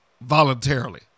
voluntarily